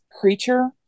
creature